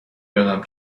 دانم